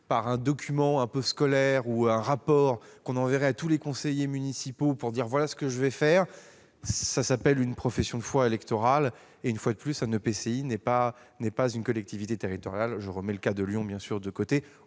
avec un document un peu scolaire ou un rapport que l'on enverrait à tous les conseillers municipaux pour expliquer ce que l'on va faire ? Cela s'appelle une profession de foi électorale et, une fois de plus, un EPCI n'est pas une collectivité territoriale- je mets le cas de Lyon de côté.